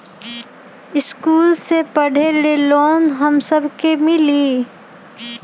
इश्कुल मे पढे ले लोन हम सब के मिली?